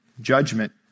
judgment